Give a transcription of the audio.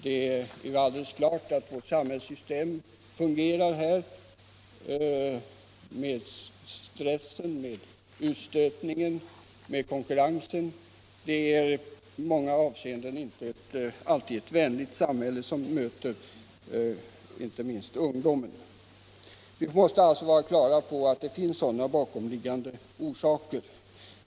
Det är alldeles klart att vårt samhällssystem med dess stress, utstötning och konkurrens här skapar bekymmer. Det är i många avseenden inte alltid ett vänligt samhälle som möter ungdomen. Vi måste vara på det klara med att det finns sådana bakomliggande orsaker.